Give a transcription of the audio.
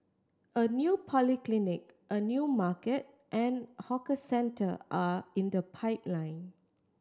a new polyclinic a new market and hawker centre are in the pipeline